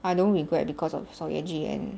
I don't regret because of so ye-ji and